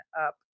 up